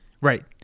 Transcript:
Right